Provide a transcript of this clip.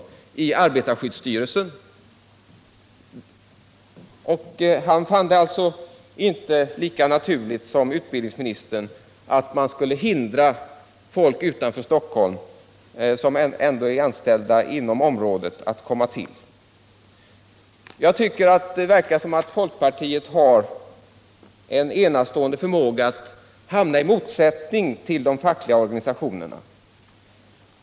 Det gällde då arbetarskyddsstyrelsen. Per Ahlmark fann det alltså inte lika naturligt som utbildningsministern att hindra personer utanför den centrala myndigheten i Stockholm . Jag tycker att ni i folkpartiet har en enastående förmåga att hamna i motsättning till de fackliga organisationerna.